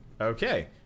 Okay